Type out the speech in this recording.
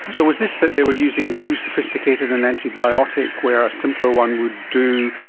so was this that they were using too sophisticated an antibiotic where a simpler one would do,